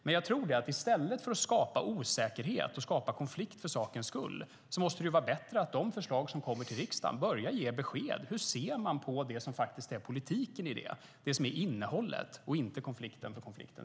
Men i stället för att skapa osäkerhet och konflikt för konfliktens skull borde man börja ge besked om hur man faktiskt ser på innehållet i politiken.